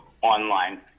online